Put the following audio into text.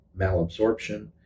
malabsorption